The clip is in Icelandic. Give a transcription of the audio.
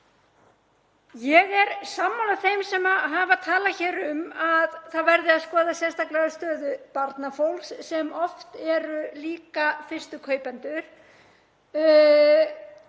Ég er sammála þeim sem hafa talað hér um að það verði að skoða sérstaklega stöðu barnafólks sem oft er líka fyrstu kaupendur,